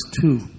two